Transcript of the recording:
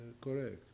Correct